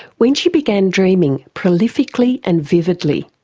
when she began dreaming prolifically and vividly.